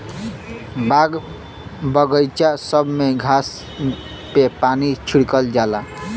बाग बगइचा सब में घास पे पानी छिड़कल जाला